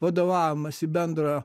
vadovaujamasi bendro